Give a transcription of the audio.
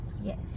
Yes